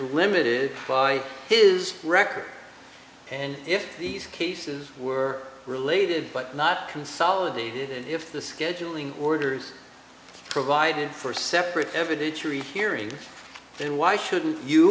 limited by his record and if these cases were related but not consolidated and if the scheduling orders provided for separate evidentiary hearing then why shouldn't you